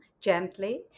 gently